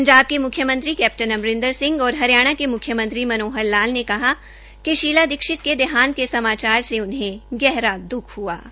पंजाब के मुख्यमंत्री कैप्टन अमरिंदर सिंह और हरियाणा के मुख्यमंत्री मनोहर लाल ने कहा कि शीला दीक्षित के देहांत के समाचार से उन्हें गहरा दुख हुआ है